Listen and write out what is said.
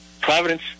Providence